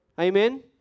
Amen